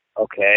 okay